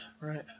right